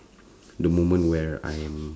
the moment where I'm